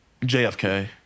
JFK